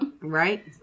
Right